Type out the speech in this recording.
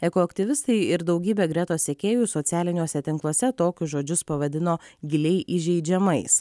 eko aktyvistai ir daugybė gretos sekėjų socialiniuose tinkluose tokius žodžius pavadino giliai įžeidžiamais